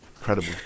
incredible